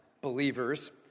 believers